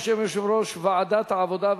בשם יושב-ראש ועדת העבודה,